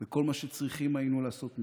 וכל מה שצריכים היינו לעשות מזמן.